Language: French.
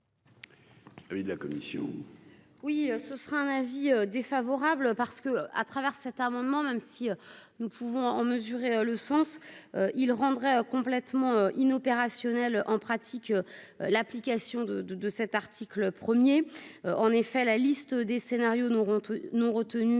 Oui, ce sera un avis défavorable, parce que, à travers cet amendement, même si nous pouvons mesurer le sens il rendrait complètement in opérationnel en pratique l'application de de de cet article 1er en effet, la liste des scénarios n'auront,